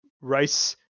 rice